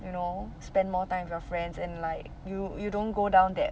you know spend more time with your friends and like you you don't go down that